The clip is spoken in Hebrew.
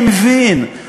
אני אינני מבין,